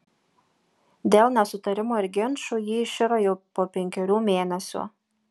dėl nesutarimų ir ginčų ji iširo jau po penkerių mėnesių